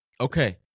Okay